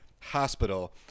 Hospital